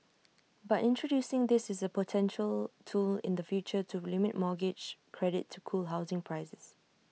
but introducing this is A potential tool in the future to limit mortgage credit to cool housing prices